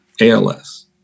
ALS